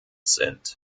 sind